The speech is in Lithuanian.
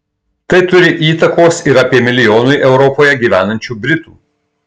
tai turi įtakos ir apie milijonui europoje gyvenančių britų